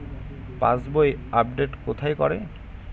পাসবই update কোথায় করে?